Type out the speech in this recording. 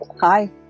Hi